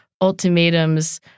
ultimatums